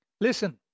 Listen